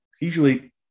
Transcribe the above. usually